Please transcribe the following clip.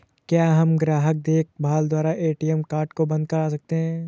क्या हम ग्राहक देखभाल द्वारा ए.टी.एम कार्ड को बंद करा सकते हैं?